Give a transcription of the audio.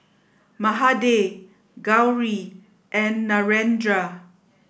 Mahade Gauri and Narendra